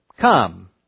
come